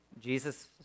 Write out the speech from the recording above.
Jesus